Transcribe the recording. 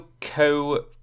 Co